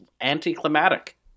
anticlimactic